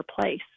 place